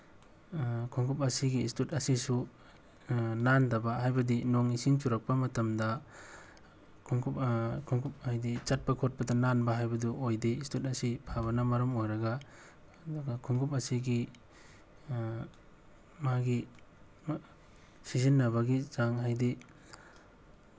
ꯈꯣꯡꯎꯨꯞ ꯑꯁꯤꯁꯨ ꯏꯁꯇꯨꯠ ꯑꯁꯤꯁꯨ ꯅꯥꯟꯗꯕ ꯍꯥꯏꯕꯗꯤ ꯅꯣꯡ ꯏꯁꯤꯡ ꯆꯨꯔꯛꯄ ꯃꯇꯝꯗ ꯈꯣꯡꯎꯨꯞ ꯈꯣꯡꯎꯨꯞ ꯍꯥꯏꯗꯤ ꯆꯠꯄ ꯈꯣꯠꯄꯗ ꯅꯥꯟꯕ ꯍꯥꯏꯕꯗꯨ ꯑꯣꯏꯗꯦ ꯏꯁꯇꯨꯠ ꯑꯁꯤ ꯐꯕꯅ ꯃꯔꯝ ꯑꯣꯏꯔꯒ ꯑꯗꯨꯒ ꯈꯣꯡꯎꯨꯞ ꯑꯁꯤꯒꯤ ꯃꯥꯒꯤ ꯁꯤꯖꯤꯟꯅꯕꯒꯤ ꯆꯥꯡ ꯍꯥꯏꯗꯤ